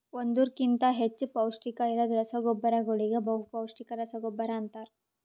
ಒಂದುರ್ ಕಿಂತಾ ಹೆಚ್ಚ ಪೌಷ್ಟಿಕ ಇರದ್ ರಸಗೊಬ್ಬರಗೋಳಿಗ ಬಹುಪೌಸ್ಟಿಕ ರಸಗೊಬ್ಬರ ಅಂತಾರ್